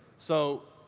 so,